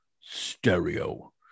stereo